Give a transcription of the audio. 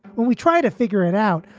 when we try to figure it out,